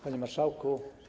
Panie Marszałku!